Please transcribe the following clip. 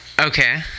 Okay